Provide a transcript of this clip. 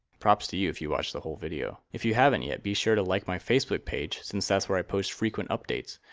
props to you if you watched the whole video. if you haven't yet, be sure to like my facebook page, since that's where i post frequent updates.